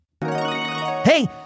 Hey